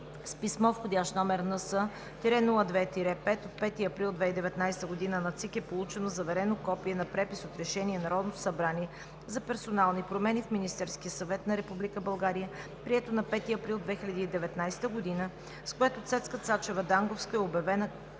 С писмо с вх. № НС-02-5 от 5 април 2019 г. на ЦИК е получено заверено копие на препис от Решение на Народното събрание за персонални промени в Министерския съвет на Република България, прието на 5 април 2019 г., с което Цецка Цачева Данговска е освободена